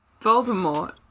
Voldemort